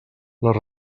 les